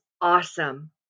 awesome